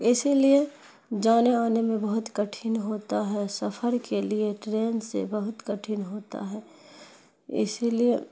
اسی لیے جانے آنے میں بہت کٹھن ہوتا ہے سفر کے لیے ٹرین سے بہت کٹھن ہوتا ہے اسی لیے